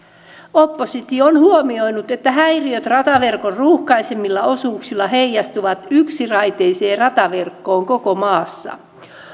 oppositio on huomioinut että häiriöt rataverkon ruuhkaisimmilla osuuksilla heijastuvat yksiraiteiseen rataverkkoon koko maassa